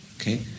okay